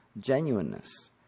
genuineness